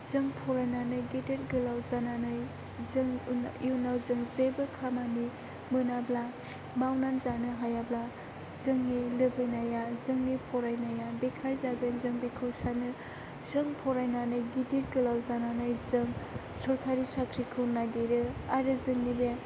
जों फरायनानै गेदेर गोलाव जानानै जों इयुनाव जों जेबो खामानि मोनाब्ला मावनानै जानो हायाब्ला जोंनि लुबैनाया जोंनि फरायनाया बेकार जागोन जों बेखौ सानो जों फरायनानै गिदिर गोलाव जानानै जों सरकारि साख्रिखौ नागिरो आरो जोंनि बे